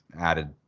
added—